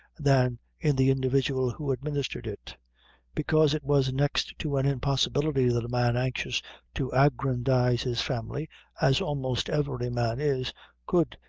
than in the individual who administered it because it was next to an impossibility that a man anxious to aggrandize his family as almost every man is could,